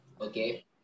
Okay